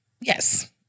Yes